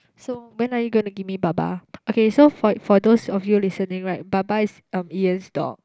so when are you gonna give me Baba okay so for for those of you listening right Baba is um Ian's dog